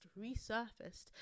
Resurfaced